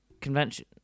convention